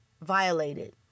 violated